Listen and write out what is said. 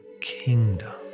kingdom